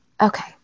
okay